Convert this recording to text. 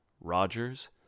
Rogers